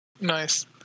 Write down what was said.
Nice